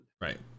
Right